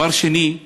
דבר שני,